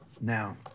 now